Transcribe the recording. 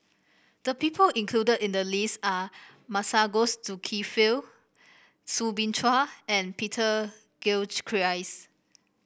the people included in the list are Masagos Zulkifli Soo Bin Chua and Peter Gilchrist